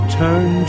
turn